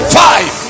five